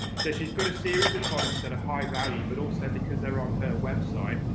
so she's got a series of products that are high-value but also, because they're on her website,